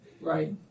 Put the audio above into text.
Right